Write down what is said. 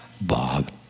Bob